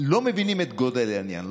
לא מבינים את גודל העניין,